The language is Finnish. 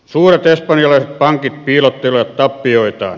suuret espanjalaiset pankit piilottelevat tappioitaan